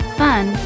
fun